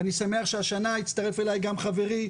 אני שמח שהשנה הצטרף אליי גם חברי,